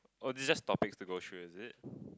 oh this just topics to go through is it